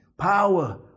power